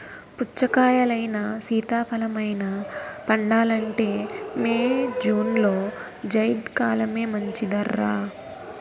పుచ్చకాయలైనా, సీతాఫలమైనా పండాలంటే మే, జూన్లో జైద్ కాలమే మంచిదర్రా